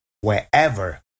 wherever